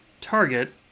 target